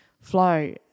flow